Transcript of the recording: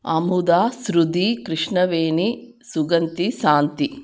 Amudha Shruti Krishnaveni Suganthi Shanti